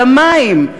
על המים?